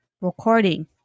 recording